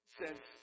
says